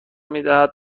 میدهد